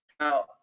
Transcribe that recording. Now